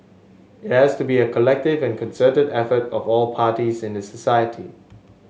it has to be a collective and concerted effort of all parties in the society